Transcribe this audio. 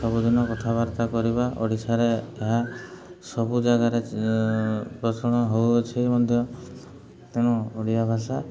ସବୁଦିନ କଥାବାର୍ତ୍ତା କରିବା ଓଡ଼ିଶାରେ ଏହା ସବୁ ଜାଗାରେ ପୋଷଣ ହେଉଅଛି ମଧ୍ୟ ତେଣୁ ଓଡ଼ିଆ ଭାଷା